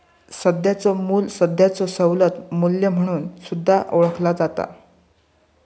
सध्याचो मू्ल्य सध्याचो सवलत मू्ल्य म्हणून सुद्धा ओळखला जाता